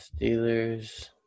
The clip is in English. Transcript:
Steelers